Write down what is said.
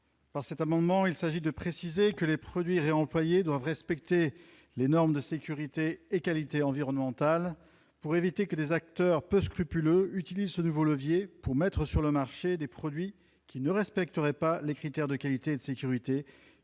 Cet amendement vise à préciser que les produits réemployés doivent respecter les normes de sécurité et de qualité environnementale, afin d'éviter que des acteurs peu scrupuleux n'utilisent ce nouveau levier pour mettre sur le marché des produits qui ne respecteraient pas les critères de qualité et de sécurité